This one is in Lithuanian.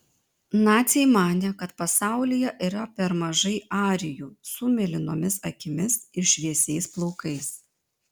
naciai manė kad pasaulyje yra per mažai arijų su mėlynomis akimis ir šviesiais plaukais